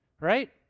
right